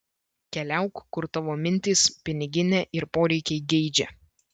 keliauk kur tavo mintys piniginė ir poreikiai geidžia